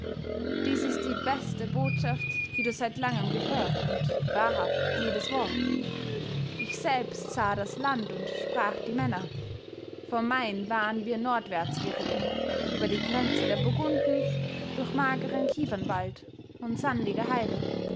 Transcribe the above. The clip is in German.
dies ist die beste botschaft die du seit lange gehört und wahrhaft jedes wort ich selbst sah das land und sprach die männer vom main waren wir nordwärts geritten über die grenze der burgunden durch mageren kiefernwald und sandige heide